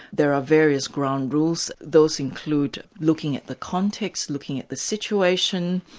there are various ground rules, those include looking at the context, looking at the situation,